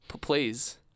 please